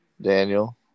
Daniel